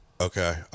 Okay